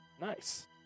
Nice